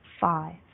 five